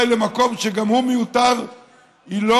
למקום שגם הוא אולי מיותר,